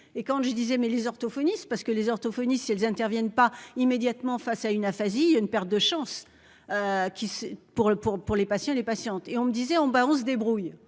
et quand je disais mais les orthophonistes parce que les orthophonistes si elles interviennent pas immédiatement face à une aphasie. Il y a une perte de chance. Qui pour le pour pour les patients et les patientes et on me disait on, bah on se débrouille.